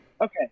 Okay